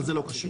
אבל זה לא קשור.